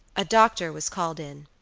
a doctor was called in,